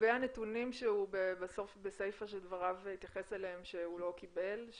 לגבי הנתונים שבסיפא של דבריו התייחס אליהם שהוא לא קיבל?